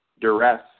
duress